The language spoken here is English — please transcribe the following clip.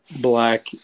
black